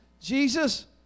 Jesus